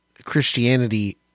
christianity